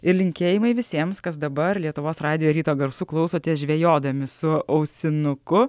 ir linkėjimai visiems kas dabar lietuvos radijo ryto garsų klausotės žvejodami su ausinuku